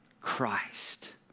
Christ